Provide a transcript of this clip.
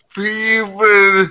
people